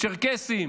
צ'רקסים,